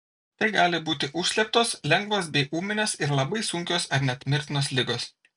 tai gali būti užslėptos lengvos bei ūminės ir labai sunkios ar net mirtinos ligos